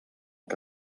que